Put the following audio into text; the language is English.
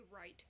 right